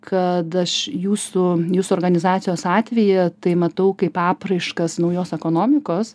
kad aš jūsų jūsų organizacijos atveją tai matau kaip apraiškas naujos ekonomikos